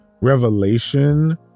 Revelation